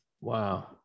Wow